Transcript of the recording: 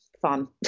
fun